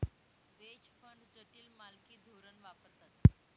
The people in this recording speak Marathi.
व्हेज फंड जटिल मालकी धोरण वापरतात